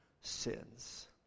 sins